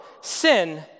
sin